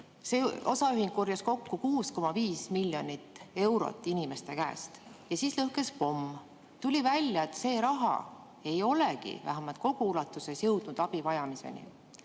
See osaühing korjas kokku 6,5 miljonit eurot inimeste käest. Siis lõhkes pomm. Tuli välja, et see raha ei olegi kogu ulatuses jõudnud abivajajateni.